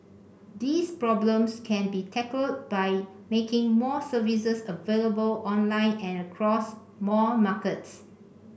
these problems can be tackled by making more services available online and across more markets